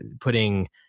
putting